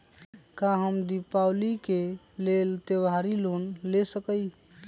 का हम दीपावली के लेल त्योहारी लोन ले सकई?